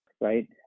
right